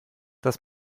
das